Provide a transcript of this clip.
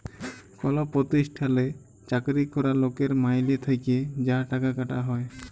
call পরতিষ্ঠালে চাকরি ক্যরা লকের মাইলে থ্যাকে যা টাকা কাটা হ্যয়